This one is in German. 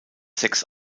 sechs